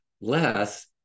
less